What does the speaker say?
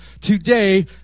today